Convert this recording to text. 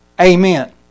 Amen